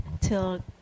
till